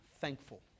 thankful